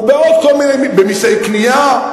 במסי קנייה.